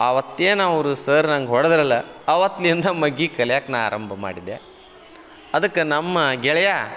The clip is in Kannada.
ಆವತ್ತೇನು ಅವರು ಸರ್ ನಂಗೆ ಹೊಡದರಲ್ಲಾ ಆವತ್ತಿನಿಂದ ಮಗ್ಗಿ ಕಲಿಯಾಕೆ ನಾ ಆರಂಭ ಮಾಡಿದೆ ಅದಕ್ಕೆ ನಮ್ಮ ಗೆಳೆಯ